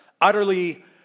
utterly